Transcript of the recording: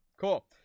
cool